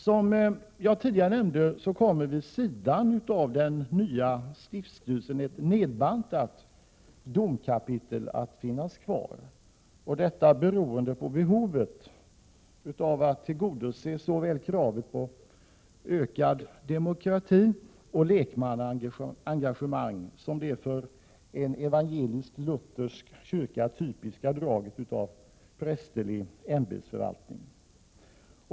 Som jag tidigare nämnde kommer vid sidan av den nya stiftsstyrelsen ett nedbantat domkapitel att finnas kvar, på grund av behovet av att tillgodose såväl kravet på ökad demokrati och ökat lekmannaengagemang som den för en evangelisk-luthersk kyrka typiska inriktningen på en prästerlig ämbetsförvaltning.